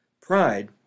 Pride